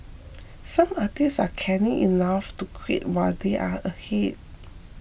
some artists are canny enough to quit while they are ahead